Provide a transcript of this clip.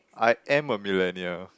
I am a millennial